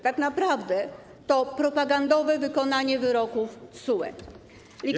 Tak naprawdę to propagandowe wykonanie wyroku TSUE.